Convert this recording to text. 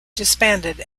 disbanded